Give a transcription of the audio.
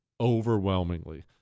overwhelmingly